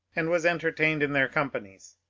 and was entertained in their companies.